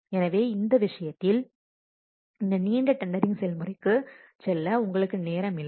எனவே இந்த விஷயத்தில் இந்த நீண்ட டெண்டரிங் செயல்முறைக்கு செல்ல உங்களுக்கு நேரம் இல்லை